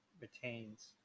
retains